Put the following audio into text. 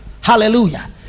Hallelujah